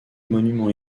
monument